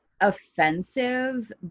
offensive